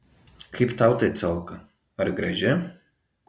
kaip tau ta ciolka ar graži